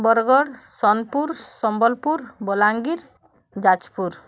Bargarh Sonepur Sambalpur Balangir Jajpur